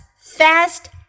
fast